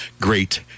great